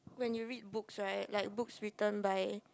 when you read books right like books written by